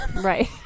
right